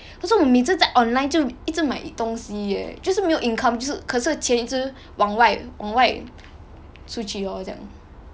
可是我每次在 online 就一直买东西 eh 就是没有 income 就是可是钱一直往外往外出去 lor 这样